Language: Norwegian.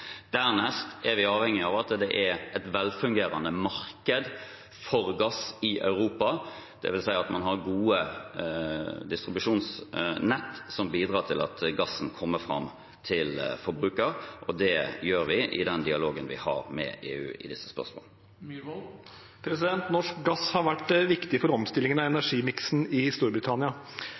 Dernest er vi avhengig av at det er et velfungerende marked for gass i Europa, det vil si at man har gode distribusjonsnett som bidrar til at gassen kommer fram til forbrukeren, og vi har en dialog med EU i disse spørsmålene. Norsk gass har vært viktig for omstillingen av energimiksen i Storbritannia.